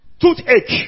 Toothache